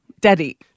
daddy